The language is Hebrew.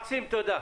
מקסים, תודה.